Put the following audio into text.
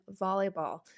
volleyball